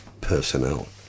personnel